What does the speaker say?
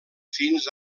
fins